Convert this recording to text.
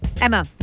Emma